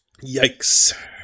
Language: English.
Yikes